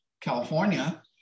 California